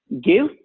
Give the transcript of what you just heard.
give